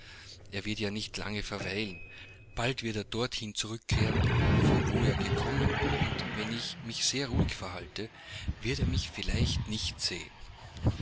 er wird ja nicht lange verweilen bald wird er dorthin zurückkehren von wo er gekommen und wenn ich mich sehr ruhig verhalte wird er mich vielleicht nicht sehen